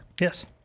Yes